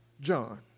John